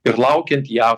ir laukiant jav